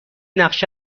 نقش